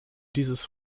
dieses